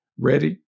ready